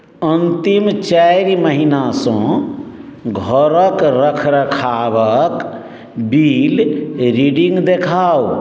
अन्तिम चारि महिनासँ घरक रखरखावक बिल रीडिंग देखाउ